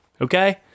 okay